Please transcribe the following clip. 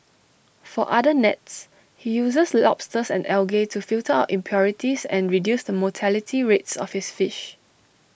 for other nets he uses lobsters and algae to filter out impurities and reduce the mortality rates of his fish